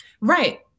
Right